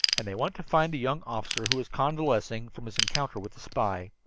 and they went to find the young officer who was convalescing from his encounter with the spy.